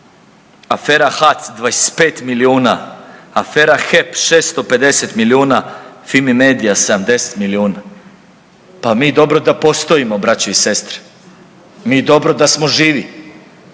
afera HAC 25 milijuna, afera HEP 650 milijuna, FIMI mediji 70 milijuna. Pa mi dobro da postojimo braćo i sestre, mi dobro da smo živi,